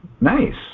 Nice